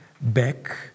back